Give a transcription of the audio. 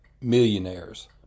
millionaires